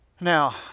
Now